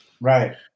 Right